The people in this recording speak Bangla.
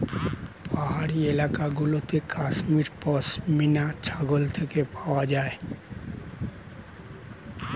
পাহাড়ি এলাকা গুলোতে কাশ্মীর পশমিনা ছাগল থেকে পাওয়া যায়